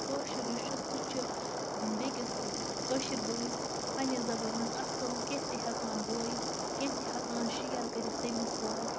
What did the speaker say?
کٲشُر یُس چھُ سُہ چھُ بیٚیہِ کِس کٲشِر بٲیِس پَنٕنہِ زَبٲنۍ منٛز اَصٕل کیٚنہہ تہِ ہٮ۪کان بٲیِتھ کیٚنہہ تہِ ہٮ۪کان شِیر کٔرِتھ تٔمِس سۭتۍ